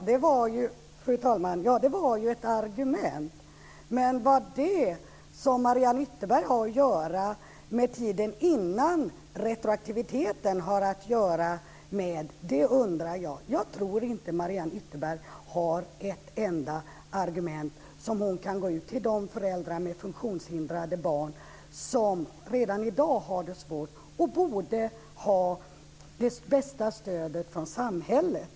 Fru talman! Det var ju ett argument. Men jag undrar vad det som Mariann Ytterberg sade har att göra med tiden före retroaktiviteten. Jag tror inte att Mariann Ytterberg har ett enda argument som hon kan gå ut med till föräldrar med funktionshindrade barn. De har det ju svårt redan i dag. De borde få det bästa stödet från samhället.